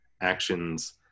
actions